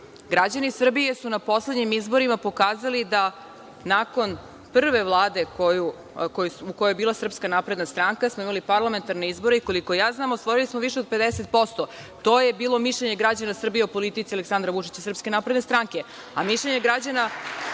Građani Srbije su na poslednjim izborima pokazali da nakon prve Vlade u kojoj je bila SNS, imali smo parlamentarne izbore i, koliko ja znam, osvojili smo više od 50%. To je bilo mišljenje građana Srbije o politici Aleksandra Vučića i SNS, a mišljenje građana